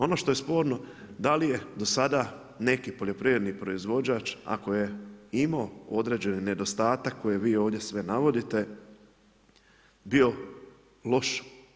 Ono što je sporno, da li je do sada, neki poljoprivredni proizvođač, ako je imao određeni nedostatak koji vi ovdje sve navodite, bio loš?